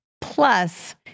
Plus